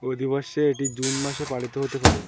অধিবর্ষে এটি জুন মাসে পালিত হতে পারে